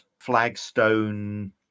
flagstone